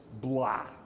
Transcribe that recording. blah